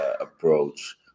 approach